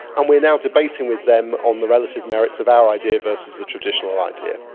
and we are now debating with them on the relative merits of our idea versus the traditional idea.